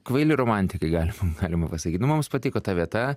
kvaili romantikai galima galima pasakyt nu mums patiko ta vieta